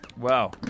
Wow